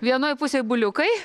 vienoj pusėj buliukai